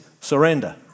surrender